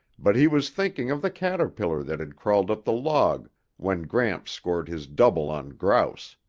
but he was thinking of the caterpillar that had crawled up the log when gramps scored his double on grouse.